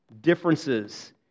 differences